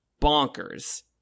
bonkers